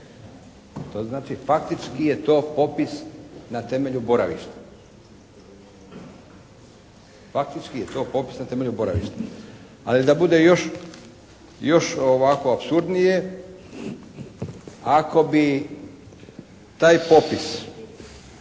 To znači faktički je to popis na temelju boravišta. Faktički je to popis na temelju boravišta. Ali da bude još ovako apsurdnije. Tako bi taj popis